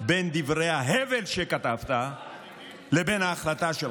בין דברי ההבל שכתבת לבין ההחלטה שלך.